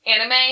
Anime